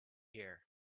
here